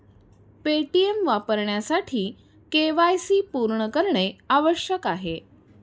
Paytm वापरण्यासाठी KYC पूर्ण करणे आवश्यक आहे